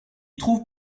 trouve